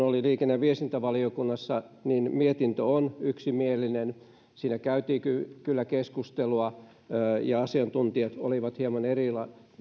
oli liikenne ja viestintävaliokunnassa ja mietintö on yksimielinen siellä käytiin kyllä keskustelua ja asiantuntijat olivat hieman eri